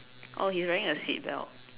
oh he's wearing a seatbelt